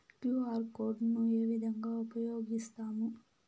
QR code ను ఏ విధంగా ఉపయగిస్తాము?